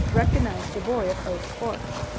recognized the boy of oak forks.